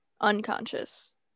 unconscious